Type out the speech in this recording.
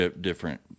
different